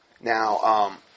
Now